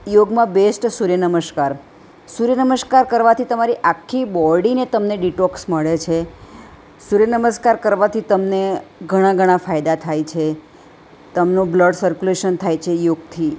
યોગમાં બેસ્ટ સૂર્ય નમસ્કાર સૂર્ય નમસ્કાર કરવાથી તમારી આખી બોડીને તમને ડિટોક્ષ મળે છે સૂર્ય નમસ્કાર કરવાથી તમને ઘણા ઘણા ફાયદા થાય છે તમને બ્લડ સર્ક્યુલેશન થાય છે યોગથી